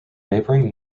neighboring